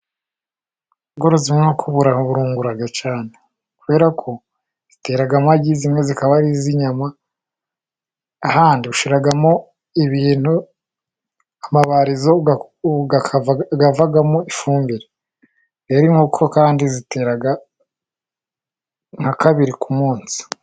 Ubworozi bw'inkoko buraho burungura cyane, kubera ko zitera amagi, zimwe zikaba ari iz'inyama ahandi ushiramo ibintu Kumabarizo havamo ifumbire, yari inkoko kandi ziteraga na kabiri ku munsi.